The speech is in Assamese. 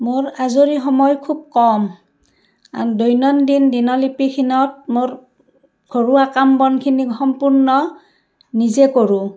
মোৰ আজৰি সময় খুব কম দৈনন্দিন দিনলিপিখনত মোৰ ঘৰুৱা কাম বনখিনি সম্পূৰ্ণ নিজে কৰোঁ